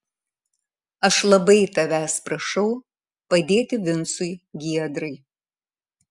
aš labai tavęs prašau padėti vincui giedrai